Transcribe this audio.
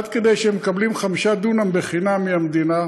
עד כדי כך שהם מקבלים 5 דונם בחינם מהמדינה,